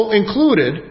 included